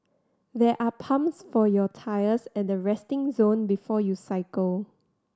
there are pumps for your tyres at the resting zone before you cycle